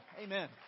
amen